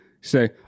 say